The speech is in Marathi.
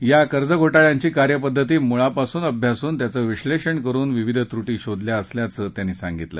या कर्जघोटाळयांची कार्यपद्धती मुळापासून अभ्यासून तिचं विश्नेषण करुन विविध त्रूटी शोधल्या असल्याचं त्यांनी सांगितलं